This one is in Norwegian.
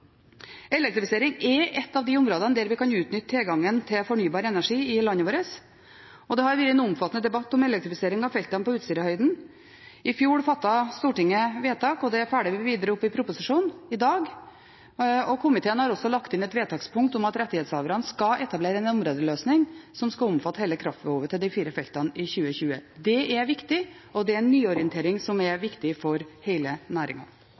Elektrifisering er et av de områdene der vi kan utnytte tilgangen til fornybar energi i landet vårt. Det har vært en omfattende debatt om elektrifisering av feltene på Utsirahøyden. I fjor fattet Stortinget vedtak, og det følges videre opp i proposisjonen som diskuteres i dag, og komiteen har også lagt inn et vedtakspunkt om at rettighetshaverne skal etablere en områdeløsning som skal omfatte hele kraftbehovet til de fire feltene i 2020. Det er viktig, og det er nyorientering som er viktig for